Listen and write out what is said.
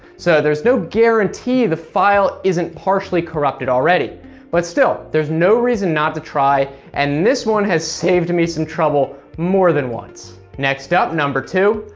so there's no guarantee the file isn't partially corrupted. but still, theres no reason not to try, and this one has saved me some trouble more than once. next up, number two,